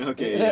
Okay